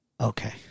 okay